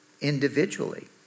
individually